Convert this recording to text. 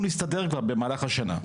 אנחנו נסתדר כבר במהלך השנה,